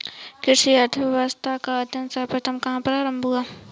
कृषि अर्थशास्त्र का अध्ययन सर्वप्रथम कहां प्रारंभ हुआ?